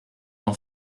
d’en